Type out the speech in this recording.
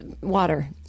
water